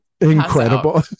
Incredible